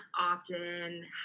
often